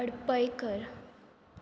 अडपयकर